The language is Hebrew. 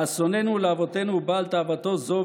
לאסוננו ולהוותנו הוא בא על תאוותו זו,